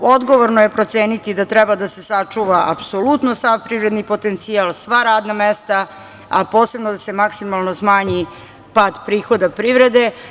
Odgovorno je proceniti da treba da se sačuva apsolutno sav privredni potencijal, sva radna mesta, a posebno da se maksimalno smanji pad prihoda privrede.